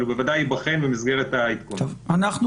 אבל הוא